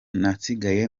nasigaye